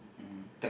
mmhmm